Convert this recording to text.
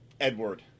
Edward